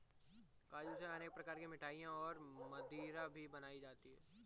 काजू से अनेक प्रकार की मिठाईयाँ और मदिरा भी बनाई जाती है